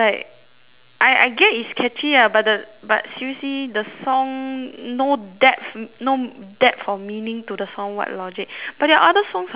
I I get is catchy lah but the but seriously the song no depth no depth or meaning to the song what logic but their other songs are fine lah